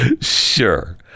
sure